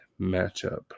matchup